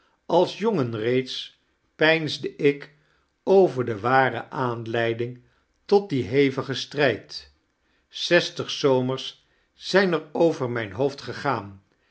als jongen reeds peinsdeik over de ware aanleiding tot dien hevigen strijd zestig zomers zijn er over mijn hoofd gegaan